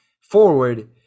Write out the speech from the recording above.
forward